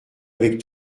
avec